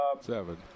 Seven